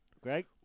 Greg